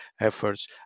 efforts